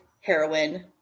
heroin